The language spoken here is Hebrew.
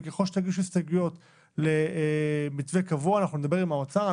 וככל שתגישו הסתייגויות למתווה קבוע אנחנו נדבר עם האוצר.